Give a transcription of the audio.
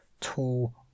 tool